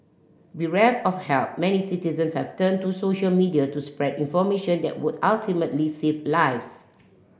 bereft of help many citizens have turned to social media to spread information that would ultimately save lives